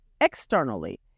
externally